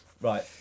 right